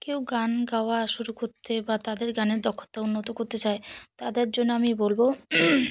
কেউ গান গাওয়া শুরু করতে বা তাদের গানের দক্ষতা উন্নত করতে চায় তাদের জন্য আমি বলব